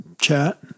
chat